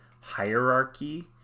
hierarchy